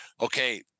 okay